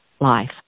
life